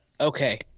Okay